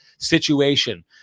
situation